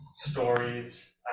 stories